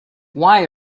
why